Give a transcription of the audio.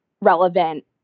relevant